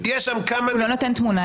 לא נותן תמונה.